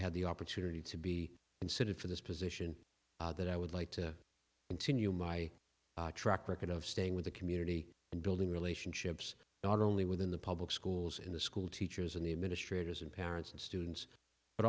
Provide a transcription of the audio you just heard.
had the opportunity to be considered for this position that i would like to continue my track record of staying with the community and building relationships not only within the public schools in the school teachers and administrators and parents and students but